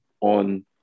on